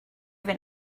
even